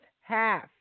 half